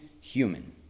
human